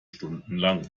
stundenlang